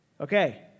Okay